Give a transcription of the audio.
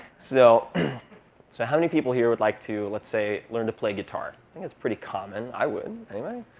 so so how many people here would like to, let's say, learn to play guitar? i think that's pretty common. i would. anybody?